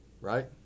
right